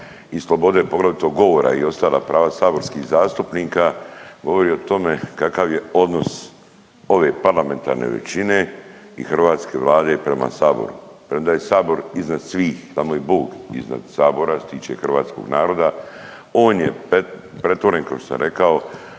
i slobode, poglavito govora i ostala prava saborskih zastupnika, govori o tome kakav je odnos ove parlamentarne većine i hrvatske Vlade prema Saboru, premda je Sabor iznad svih, samo je Bog iznad Sabora što se tiče hrvatskog naroda. On je pretvoren, kao što sam rekao,